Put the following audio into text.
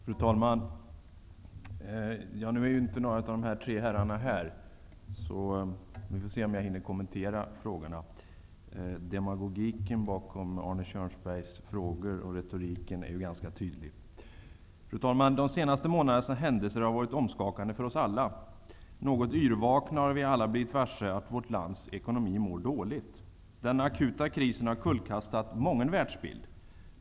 Fru talman! Nu är inte någon av de tre herrarna som Arne Kjörnsberg apostroferade här. Vi får se om jag hinner kommentera frågorna. Demagogin och retoriken i frågorna är ganska tydliga. Fru talman! Den senaste månadens händelser har varit omskakande för oss alla. Något yrvakna har alla blivit varse att vårt lands ekonomi mår dåligt. Den akuta krisen har kullkastat mången världsbild!